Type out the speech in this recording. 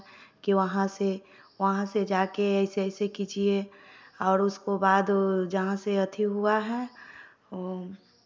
कि वहाँ से वहाँ से जाकर ऐसे ऐसे कीजिए और उसको बाद जहाँ से अथी हुआ है